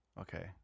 Okay